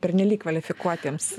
pernelyg kvalifikuotiems